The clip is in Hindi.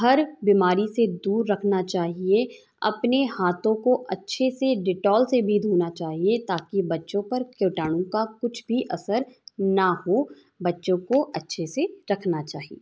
हर बीमारी से दूर रखना चाहिए अपने हाँथों को अच्छे से डिटॉल से भी धोना चाहिए ताकि बच्चों पर कीटाणु का कुछ भी असर ना हो बच्चों को अच्छे से रखना चाहिए